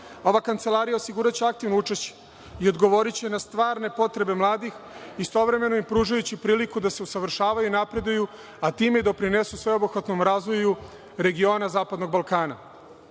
kancelarija osiguraće aktivno učešće i odgovoriće na stvarne potrebe mladih istovremeno im pružajući priliku da se usavršavaju i napreduju, a time i doprinesu sveobuhvatnom razvoju regiona Zapadnog Balkana. Načela